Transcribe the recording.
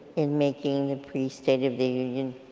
in making the pre state of the union